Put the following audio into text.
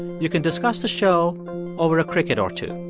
you can discuss the show over a cricket or two.